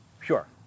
Sure